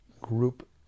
group